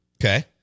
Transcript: Okay